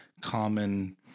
common